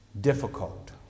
difficult